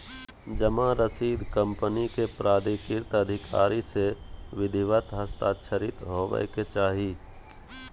जमा रसीद कंपनी के प्राधिकृत अधिकारी से विधिवत हस्ताक्षरित होबय के चाही